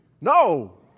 No